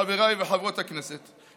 חברי וחברות הכנסת,